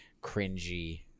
cringy